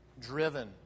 driven